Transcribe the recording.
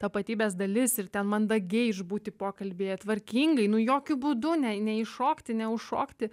tapatybės dalis ir ten mandagiai išbūti pokalbyje tvarkingai nu jokiu būdu ne neiššokti neužšokti